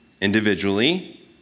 individually